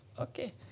Okay